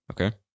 Okay